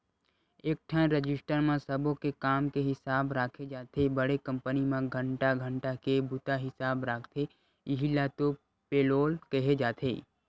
एकठन रजिस्टर म सब्बो के काम के हिसाब राखे जाथे बड़े कंपनी म घंटा घंटा के बूता हिसाब राखथे इहीं ल तो पेलोल केहे जाथे